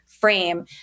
frame